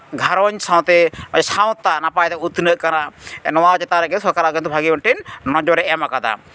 ᱜᱷᱟᱨᱚᱸᱡᱽ ᱥᱟᱶᱛᱮ ᱥᱟᱶᱛᱟ ᱱᱟᱯᱟᱭ ᱩᱛᱱᱟᱹᱜ ᱠᱟᱱᱟ ᱱᱚᱣᱟ ᱪᱮᱛᱟᱱᱨᱮ ᱥᱚᱨᱠᱟᱨᱟᱜ ᱠᱤᱱᱛᱩ ᱵᱷᱟᱹᱜᱤ ᱢᱤᱫᱴᱤᱱ ᱱᱚᱡᱚᱨᱮ ᱮᱢ ᱟᱠᱟᱫᱟ